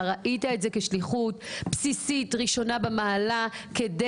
ראית בזה שליחות בסיסית ראשונה במעלה כדי